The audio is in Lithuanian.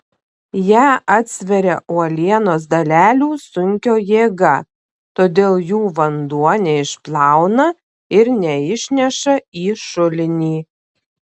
ją atsveria uolienos dalelių sunkio jėga todėl jų vanduo neišplauna ir neišneša į šulinį